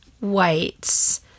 whites